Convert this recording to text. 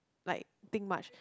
like think much